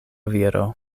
viro